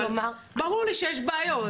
אבל ברור לי שיש בעיות.